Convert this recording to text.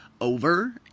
over